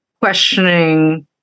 questioning